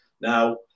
Now